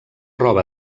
roba